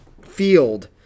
field